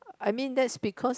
I mean that is because